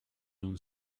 dune